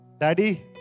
Daddy